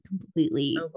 completely